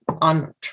on